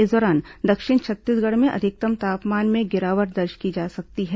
इस दौरान दक्षिण छत्तीसगढ़ में अधिकतम तापमान में गिरावट दर्ज की जा सकती है